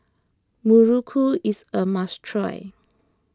Muruku is a must try